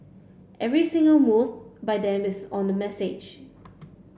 every single move by them is on the message